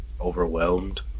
overwhelmed